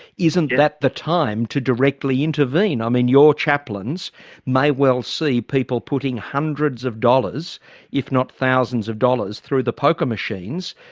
isn't that the time to directly intervene? i mean your chaplains may well see people putting hundreds of dollars if not thousands of dollars through the poker machines.